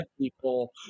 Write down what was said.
people